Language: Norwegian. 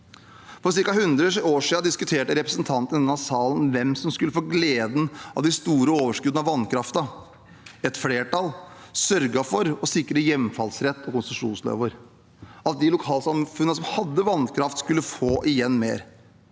For ca. 100 år siden diskuterte representantene i denne salen hvem som skulle få gleden av de store overskuddene av vannkraften. Et flertall sørget for å sikre hjemfallsrett og konsesjonslover – at de lokalsamfunnene som hadde vannkraft, skulle få igjen mer